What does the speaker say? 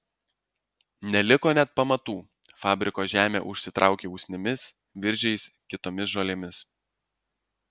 neliko net pamatų fabriko žemė užsitraukė usnimis viržiais kitomis žolėmis